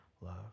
love